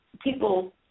people